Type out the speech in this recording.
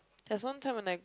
there's one time when I